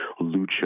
lucha